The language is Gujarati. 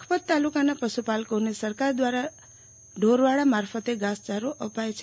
લખપત તાલુકાના પશુપાલકોને સરકાર દ્રારા ઢોરવાડા મારફતે ધાસયારો અપાય છે